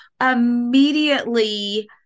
immediately